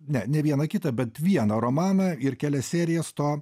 ne ne vieną kitą bet vieną romaną ir kelias serijas to